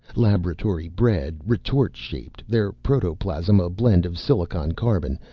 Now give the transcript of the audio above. laboratory-bred, retort-shaped, their protoplasm a blend of silicon-carbon,